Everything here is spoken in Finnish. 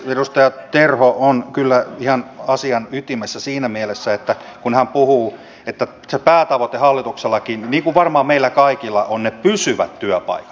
edustaja terho on kyllä ihan asian ytimessä siinä mielessä kun hän puhuu että se päätavoite hallituksellakin niin kuin varmaan meillä kaikilla ovat ne pysyvät työpaikat